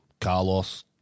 Carlos